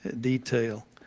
detail